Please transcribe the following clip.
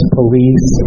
police